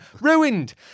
ruined